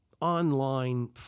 online